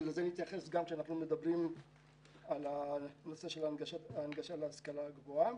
נתייחס לזה גם כשנדבר על נושא הנגשת ההשכלה הגבוהה.